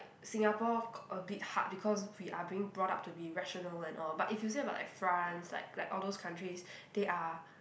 Singapore k~ a bit hard because we are being brought up to be rational and all but if you say about like France like like all those countries they are